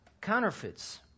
counterfeits